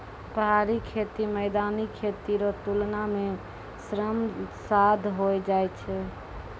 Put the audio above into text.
पहाड़ी खेती मैदानी खेती रो तुलना मे श्रम साध होय जाय छै